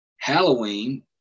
Halloween